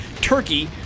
Turkey